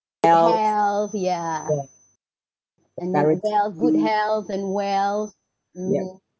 good health ya and wealth good health and wealth mmhmm